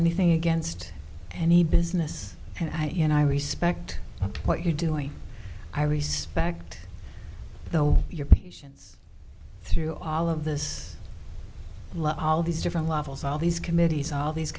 anything against any business and i you know i respect what you're doing i respect though your patience through all of this love all these different levels all these committees all these